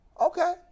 Okay